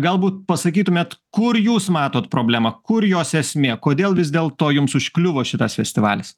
galbūt pasakytumėt kur jūs matot problemą kur jos esmė kodėl vis dėl to jums užkliuvo šitas festivalis